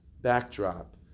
backdrop